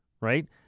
Right